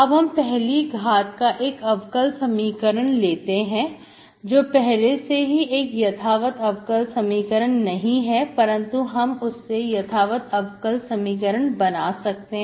अब हम पहली घाट का एक अवकल समीकरण लेते हैं जो पहले से एक यथावत अवकल समीकरण नहीं है परंतु हम उससे यथावत अवकल समीकरण बना सकते हैं